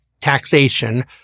taxation